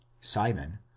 simon